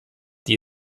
die